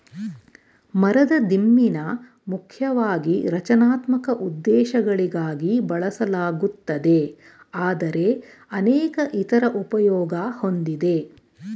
ಮರದ ದಿಮ್ಮಿನ ಮುಖ್ಯವಾಗಿ ರಚನಾತ್ಮಕ ಉದ್ದೇಶಗಳಿಗಾಗಿ ಬಳಸಲಾಗುತ್ತದೆ ಆದರೆ ಅನೇಕ ಇತರ ಉಪಯೋಗ ಹೊಂದಿದೆ